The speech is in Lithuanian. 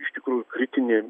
iš tikrųjų kritinė